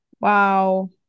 Wow